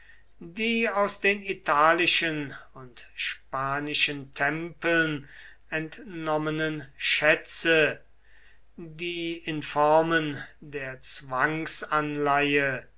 die aus den italischen und spanischen tempeln entnommenen schätze die in formen der